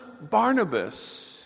Barnabas